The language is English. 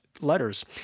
letters